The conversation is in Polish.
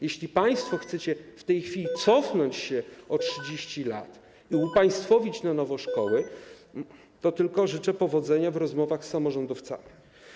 Jeśli państwo chcecie w tej chwili cofnąć się o 30 lat i upaństwowić na nowo szkoły, to życzę powodzenia w rozmowach z samorządowcami.